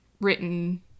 written